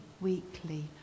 weekly